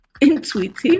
intuitive